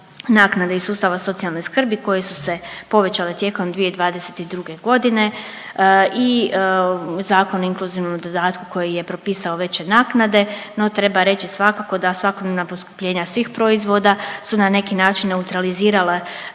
naknade iz sustava socijalne skrbi koje su se povećale tijekom 2022.g. i Zakon o inkluzivnom dodatku koji je propisao veće naknade, no treba reći svakako da svakodnevna poskupljenja svih proizvoda su na neki način neutralizirale